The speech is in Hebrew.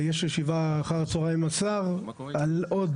יש ישיבה אחר הצוהריים עם השר על עוד